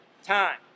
time